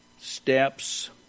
steps